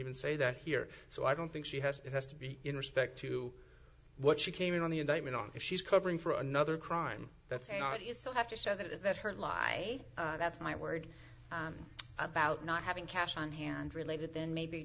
even say that here so i don't think she has it has to be in respect to what she came in on the indictment on if she's covering for another crime that's a lot you still have to show that is that her lie that's my word about not having cash on hand related then maybe